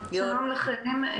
שלום לכם.